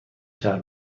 شهر